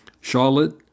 Charlotte